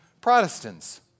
Protestants